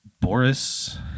Boris